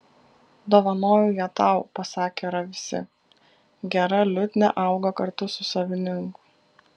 dovanoju ją tau pasakė ravisi gera liutnia auga kartu su savininku